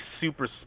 super